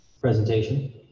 presentation